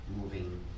moving